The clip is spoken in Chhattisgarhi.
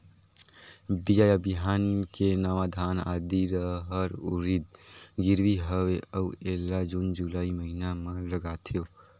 बीजा या बिहान के नवा धान, आदी, रहर, उरीद गिरवी हवे अउ एला जून जुलाई महीना म लगाथेव?